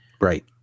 Right